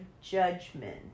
judgment